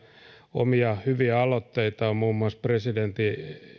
omia hyviä aloitteita on muun muassa presidentin